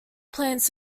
plans